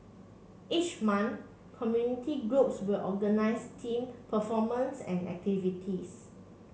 each month community groups will organise themed performances and activities